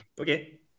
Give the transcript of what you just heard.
Okay